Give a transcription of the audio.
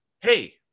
hey